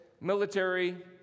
military